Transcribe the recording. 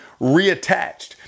reattached